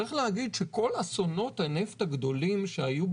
צריך להגיד שכל אסונות הנפט הגדולים,